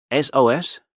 SOS